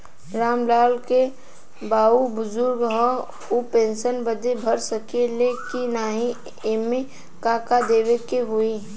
राम लाल के बाऊ बुजुर्ग ह ऊ पेंशन बदे भर सके ले की नाही एमे का का देवे के होई?